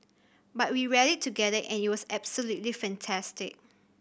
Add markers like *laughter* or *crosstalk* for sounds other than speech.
but we rallied together and it was absolutely *unintelligible* fantastic